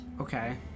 okay